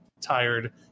tired